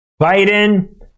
Biden